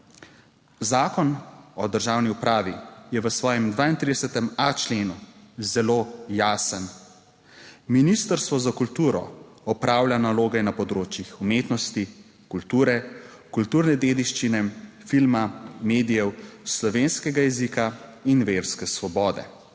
Zakon o državni upravi je v svojem 32.a členu zelo jasen: Ministrstvo za kulturo opravlja naloge na področjih umetnosti, kulture, kulturne dediščine, filma, medijev, slovenskega jezika in verske svobode.